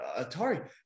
Atari